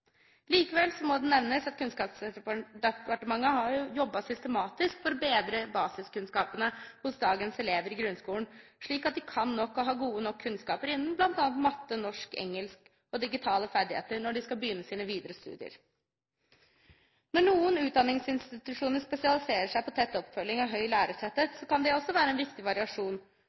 Likevel må det nevnes at Kunnskapsdepartementet har jobbet systematisk for å bedre basiskunnskapene hos dagens elever i grunnskolen, slik at de kan nok og har gode nok kunnskaper innen bl.a. matte, norsk, engelsk og digitale ferdigheter når de skal begynne på sine videre studier. Når noen utdanningsinstitusjoner spesialiserer seg på tett oppfølging og høy lærertetthet, kan det også være en viktig variasjon